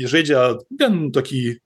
žaidžia gan tokį